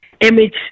image